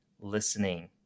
listening